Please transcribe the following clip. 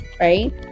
right